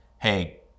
Hey